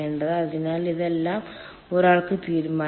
അതിനാൽ ഇതെല്ലാം ഒരാൾക്ക് തീരുമാനിക്കാം